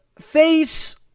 face